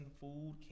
food